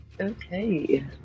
Okay